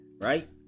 Right